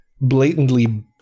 blatantly